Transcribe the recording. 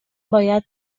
باید